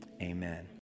Amen